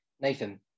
nathan